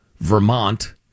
Vermont